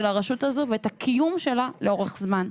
הרשות הזו ואת הקיום שלה לאורך זמן.